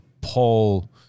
Paul